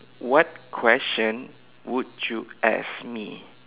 what question would you ask me